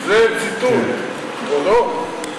זה ציטוט, כבודו.